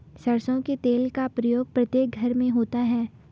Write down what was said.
सरसों के तेल का प्रयोग प्रत्येक घर में होता है